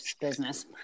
business